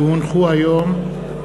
כי הונחו היום,